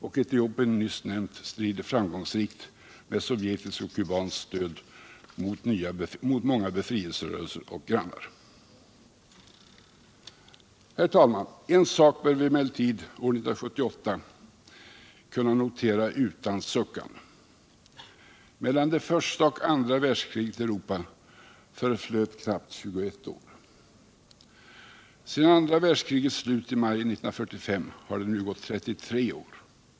Och Etiopien, nyss nämnt, strider framgångsrikt med sovjetiskt och kubanskt stöd mot många befrielserörelser och grannar. Herr talman! En sak bör vi emellertid år 1978 kunna notera utan suckan. Mellan det första och det andra världskriget i Europa förflöt knappt 21 år. Sedan andra världskrigets slut i maj 1945 har det nu gått 33 år.